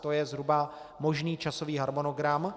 To je zhruba možný časový harmonogram.